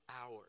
hours